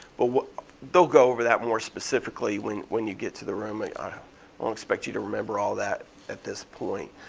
but they'll go over that more specifically when when you get to the room. i ah don't expect you to remember all that at this point.